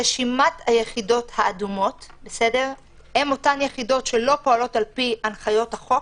רשימת היחידות האדומות אותן יחידות שלא פועלות על פי הנחיות החוק.